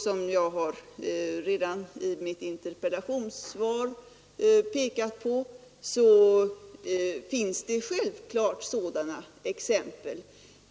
Som jag redan i mitt interpellationssvar har påpekat finns det självklart sådana exempel.